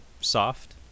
soft